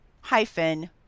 hyphen